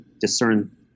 discern